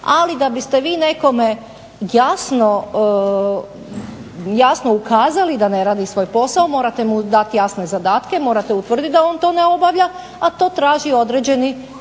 Ali da biste vi nekome jasno ukazali da ne radi svoj posao morate mu dati jasne zadatke, morate utvrditi da on to ne obavlja, a to traži određeni